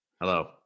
hello